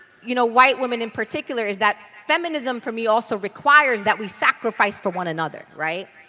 you know, white women in particular, is that feminism for me also requires that we sacrifice for one another. right?